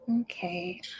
Okay